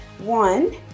one